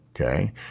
okay